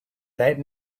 that